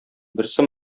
берсе